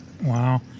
Wow